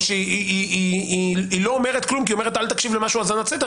או שהיא לא אומרת כלום כי היא אומרת "אל תקשיב למה שהוא האזנות סתר",